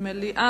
מליאה.